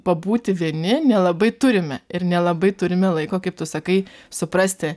pabūti vieni nelabai turime ir nelabai turime laiko kaip tu sakai suprasti